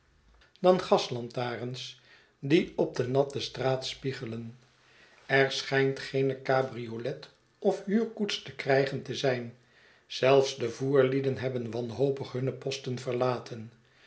dan gaslantarens die op de natte straat spiegelen er schijnt geene cabriolet of huurkoets te krijgen te zijn zelfs de voerlieden hebben wanhopig hunne posten verlaten